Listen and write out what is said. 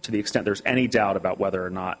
to the extent there's any doubt about whether or not